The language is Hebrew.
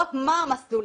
לזהות מה המסלולים,